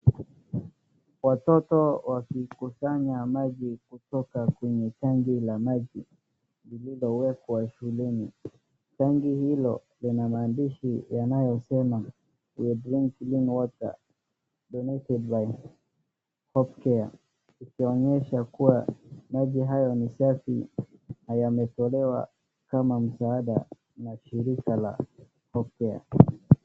Watoto wakikusanya maji kutoka kwenye tenki la maji lililowekwa shuleni. Tenki hilo lina maandishi yanayosema we drink clean water donated by Hopcare ikionyesha kuwa maji hayo ni safi na yametolewa kama msaada na shirika la Hopcare.